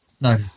No